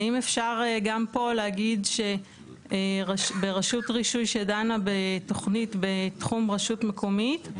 האם אפשר גם פה להגיד שברשות רישוי שדנה בתוכנית בתחום רשות מקומית,